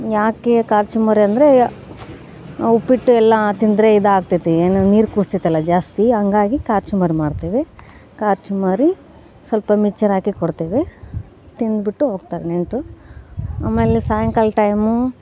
ಯಾಕೆ ಖಾರ ಚುಮ್ಮರಿ ಅಂದರೆ ಉಪ್ಪಿಟ್ಟು ಎಲ್ಲ ತಿಂದರೆ ಇದು ಆಗ್ತೈತಿ ಏನು ನೀರು ಕುಡಿಸೈತೆಲ್ಲ ಜಾಸ್ತಿ ಹಂಗಾಗಿ ಖಾರ ಚುಮ್ಮರಿ ಮಾಡ್ತೇವೆ ಖಾರ ಚುಮ್ಮರಿ ಸ್ವಲ್ಪ ಮಿಚ್ಚರ್ ಹಾಕಿ ಕೊಡ್ತೇವೆ ತಿಂದ್ಬಿಟ್ಟು ಹೋಗ್ತಾರೆ ನೆಂಟರು ಆಮೇಲೆ ಸಾಯಂಕಾಲ ಟೈಮು